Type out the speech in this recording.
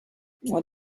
what